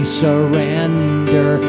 surrender